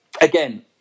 again